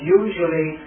usually